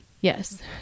yes